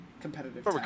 competitive